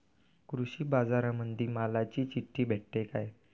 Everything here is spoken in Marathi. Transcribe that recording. कृषीबाजारामंदी मालाची चिट्ठी भेटते काय?